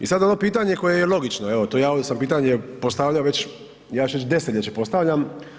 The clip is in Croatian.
I sad ono pitanje koje je logično, evo to ja ovdje sam pitanje postavljao već, ja ću reći desetljeće postavljam.